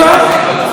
ולאחר מכן,